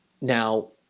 now